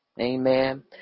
Amen